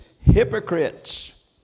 hypocrites